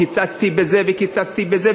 קיצצתי בזה וקיצצתי בזה,